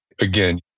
Again